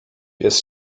pies